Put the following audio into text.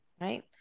Right